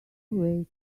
way